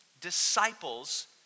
disciples